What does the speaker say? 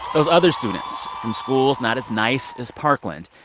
those other students from schools not as nice as parkland,